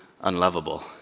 unlovable